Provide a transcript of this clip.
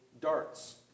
darts